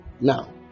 Now